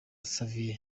xavier